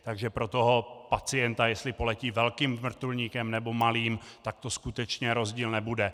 Takže pro toho pacienta, jestli poletí velkým vrtulníkem, nebo malým, to skutečně rozdíl nebude.